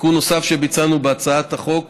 תיקון נוסף שביצענו בהצעת החוק,